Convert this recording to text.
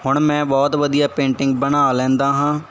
ਹੁਣ ਮੈਂ ਬਹੁਤ ਵਧੀਆ ਪੇਂਟਿੰਗ ਬਣਾ ਲੈਂਦਾ ਹਾਂ